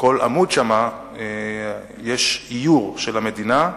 עמוד שם יש איור של המדינה,